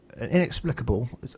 inexplicable